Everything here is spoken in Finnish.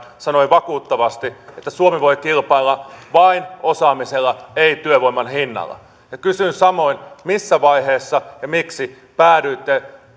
sanoi vakuuttavasti että suomi voi kilpailla vain osaamisella ei työvoiman hinnalla ja kysyn samoin missä vaiheessa ja miksi päädyitte